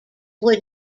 would